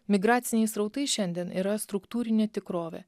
migraciniai srautai šiandien yra struktūrinė tikrovė